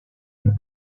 and